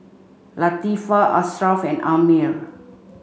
Latifa Ashraff and Ammir